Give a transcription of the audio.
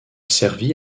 servi